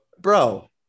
Bro